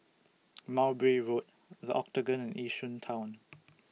Mowbray Road The Octagon and Yishun Town